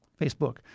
Facebook